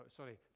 sorry